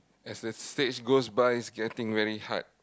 as a stages goes by getting very hard